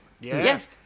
Yes